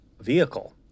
vehicle